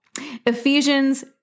Ephesians